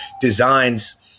designs